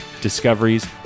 discoveries